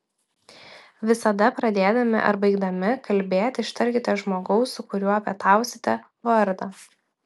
visada pradėdami ar baigdami kalbėti ištarkite žmogaus su kuriuo pietausite vardą